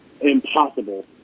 impossible